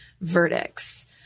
verdicts